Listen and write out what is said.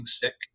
sick